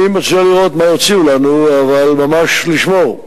אני מציע לראות מה יציעו לנו, אבל ממש לשמור,